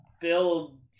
build